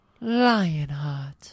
Lionheart